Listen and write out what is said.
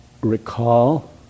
recall